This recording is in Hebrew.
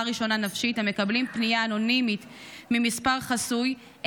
ראשונה נפשית המקבלים פנייה אנונימית ממספר חסוי,